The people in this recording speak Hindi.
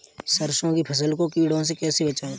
सरसों की फसल को कीड़ों से कैसे बचाएँ?